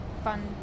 Fun